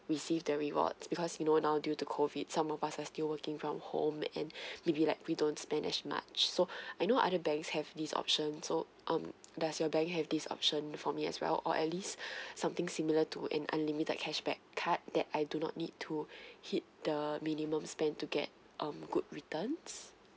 receive the reward because you know due to COVID some of us are still working from home and maybe like we don't spend as much so I know other banks have this option so um does your bank have this option for me as well or at least something similar to an unlimited cashback card that I do not need to hit the minimum spend to get um good returns